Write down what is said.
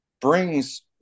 brings